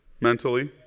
mentally